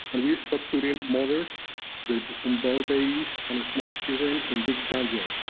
and we stop putting mothers there own but babies and small children in big danger.